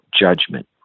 judgment